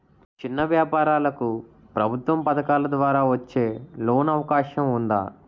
చిన్న వ్యాపారాలకు ప్రభుత్వం పథకాల ద్వారా వచ్చే లోన్ అవకాశం ఉందా?